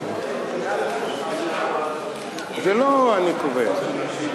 זה לא אני קובע.